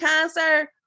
concert